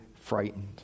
frightened